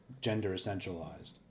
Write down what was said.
gender-essentialized